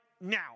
now